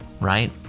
right